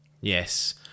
Yes